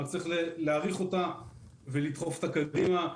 רק צריך להאריך אותה ולדחוף אותה קדימה.